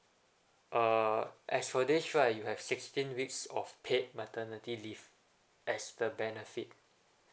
uh as for this right you have sixteen weeks of paid maternity leave as the benefit